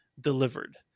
delivered